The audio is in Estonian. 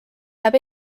jääb